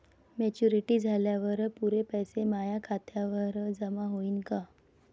Maturity झाल्यावर पुरे पैसे माया खात्यावर जमा होईन का?